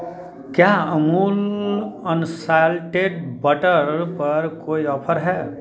क्या Amul unsalted butter पर कोई ऑफर है